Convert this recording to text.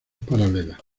paralelas